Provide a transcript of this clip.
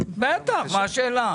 בטח, מה השאלה?